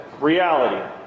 reality